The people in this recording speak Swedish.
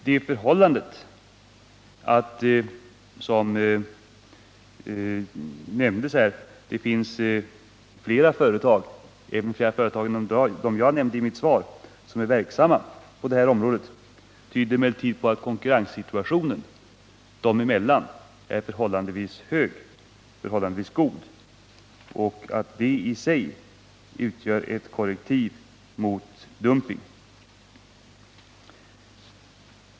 Det förhållandet att det finns flera företag än dem jag nämnde i mitt svar som är verksamma på detta område tyder emellertid på att konkurrenssituationen dem emellan är förhållandevis god. Det utgör i sig ett korrektiv mot dumping.